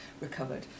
recovered